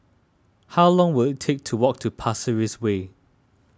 how long will it take to walk to Pasir Ris Way